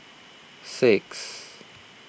six